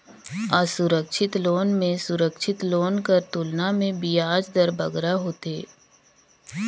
असुरक्छित लोन में सुरक्छित लोन कर तुलना में बियाज दर बगरा होथे